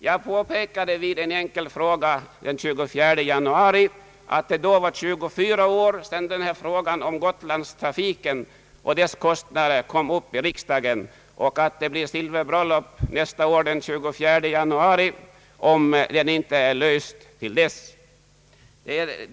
Jag påpekade i en enkel fråga den 23 januari att det då var 24 år sedan problemet med gotlandstrafiken och dess kostnader kom upp i riksdagen och att det blir silverbröllop nästa år den 24 januari om problemet inte är löst till dess.